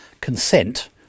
consent